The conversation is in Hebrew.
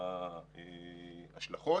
ההשלכות